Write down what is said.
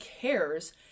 cares